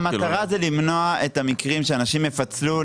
המטרה זה למנוע את המקרים שאנשים יפצלו,